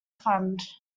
fund